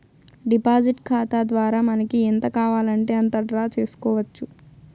deposit ఖాతా ద్వారా మనకి ఎంత కావాలంటే అంత డ్రా చేసుకోవచ్చు